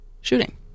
shooting